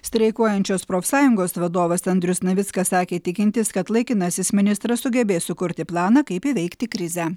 streikuojančios profsąjungos vadovas andrius navickas sakė tikintis kad laikinasis ministras sugebės sukurti planą kaip įveikti krizę